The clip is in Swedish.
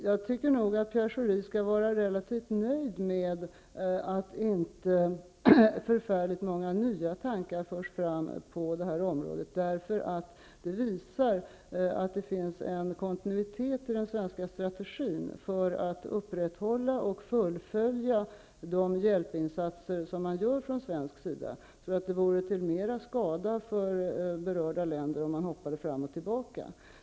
Jag tycker nog att Pierre Schori skall vara relativt nöjd med att inte så många nya tankar förs fram på detta område, eftersom det visar att det finns en kontinuitet i den svenska strategin för att upprätthålla och fullfölja de hjälpinsatser som görs från svensk sida. Det vore mer till skada för berörda länder om man hoppade fram och tillbaka.